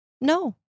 No